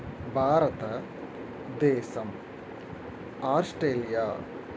భారత దేశం ఆస్ట్రేలియా